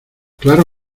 claro